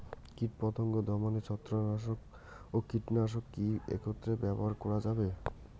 কীটপতঙ্গ দমনে ছত্রাকনাশক ও কীটনাশক কী একত্রে ব্যবহার করা যাবে?